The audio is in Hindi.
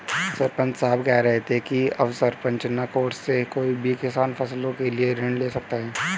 सरपंच साहब कह रहे थे कि अवसंरचना कोर्स से कोई भी किसान फसलों के लिए ऋण ले सकता है